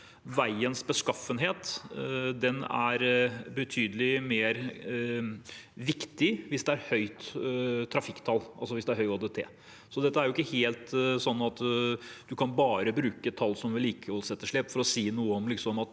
veiens beskaffenhet er betydelig mye viktigere hvis det er høyt trafikktall der, altså hvis det er høy ÅDT. Det er ikke sånn at man bare kan bruke tall på vedlikeholdsetterslep for å si noe om at